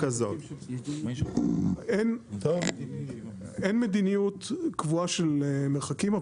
אין מדיניות קבועה של מרחקים,